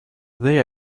they